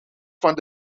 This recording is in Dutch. van